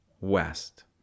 west